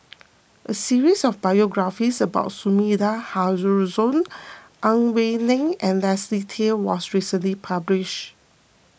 a series of biographies about Sumida Haruzo Ang Wei Neng and Leslie Tay was recently published